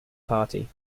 party